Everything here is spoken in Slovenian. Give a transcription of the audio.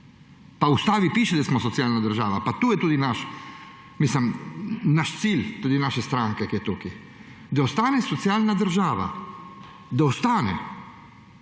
Ustavi piše, da smo socialna država, to je tudi naš cilj, tudi naše stranke, da ostane socialna država, da ostane.